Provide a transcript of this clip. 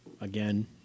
Again